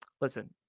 listen